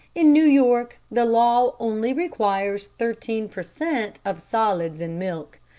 in new york the law only requires thirteen per cent. of solids in milk.